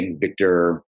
Victor